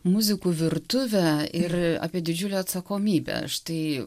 muzikų virtuvę ir apie didžiulę atsakomybę štai